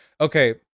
Okay